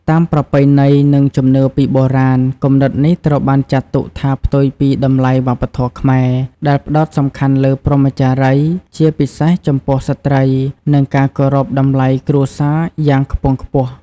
តាមប្រពៃណី និងជំនឿពីបុរាណ គំនិតនេះត្រូវបានចាត់ទុកថាផ្ទុយពីតម្លៃវប្បធម៌ខ្មែរ ដែលផ្ដោតសំខាន់លើ ព្រហ្មចារីយ៍ ជាពិសេសចំពោះស្ត្រី និងការគោរព តម្លៃគ្រួសារយ៉ាងខ្ពង់ខ្ពស់។